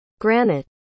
granite